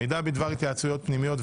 מידע בדבר התייעצויות פנימיות,